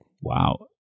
Wow